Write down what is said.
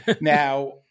Now